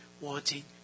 wanting